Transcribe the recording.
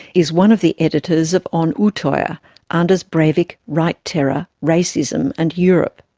is one of the editors of on utoya anders breivik, right terror, racism and europe.